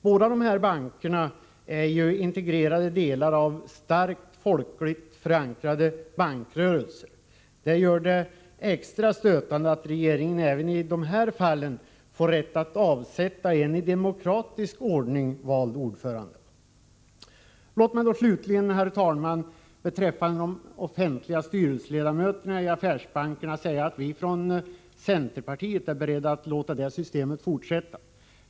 Båda dessa banker är ju integrerade delar av starkt folkligt förankrade bankrörelser. Det skulle vara extra stötande, om regeringen i dessa fall finge rätt att avsätta en i demokratisk ordning vald ordförande. Låt mig, herr talman, slutligen beträffande de offentliga styrelseledamöterna i affärsbankerna säga att vi inom centerpartiet är beredda att låta systemet fortsätta.